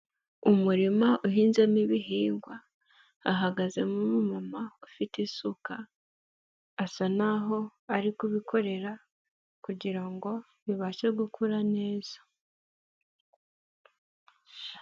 Umurima uhinzemo ibihingwa, hahagaze umumama ufite isuka, asa n'aho ari kubikorera kugira ngo bibashe gukura neza.